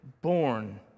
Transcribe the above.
born